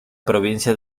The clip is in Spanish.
provincia